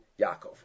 Yaakov